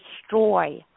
destroy